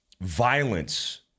violence